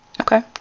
Okay